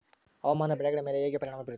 ಹವಾಮಾನ ಬೆಳೆಗಳ ಮೇಲೆ ಹೇಗೆ ಪರಿಣಾಮ ಬೇರುತ್ತೆ?